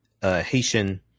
Haitian